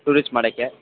tourist ಮಾಡಕ್ಕೆ